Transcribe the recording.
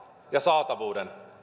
ja saatavuuden